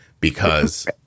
because-